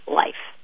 life